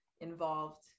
involved